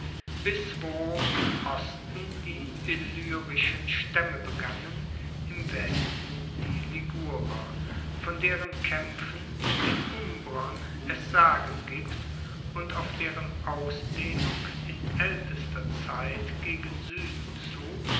bis wo im osten die illyrischen staemme begannen im westen die ligurer von deren kaempfen mit den umbrern es sagen gibt und auf deren ausdehnung in aeltester zeit gegen sueden zu